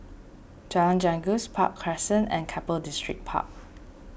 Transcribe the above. Jalan Janggus Park Crescent and Keppel Distripark